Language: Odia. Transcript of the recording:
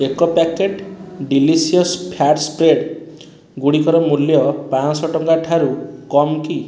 ଏକ ପ୍ୟାକେଟ୍ ଡିଲିସିୟସ୍ ଫ୍ୟାଟ୍ ସ୍ପ୍ରେଡ଼୍ ଗୁଡ଼ିକର ମୂଲ୍ୟ ପାଞ୍ଚଶହ ଟଙ୍କା ଠାରୁ କମ୍ କି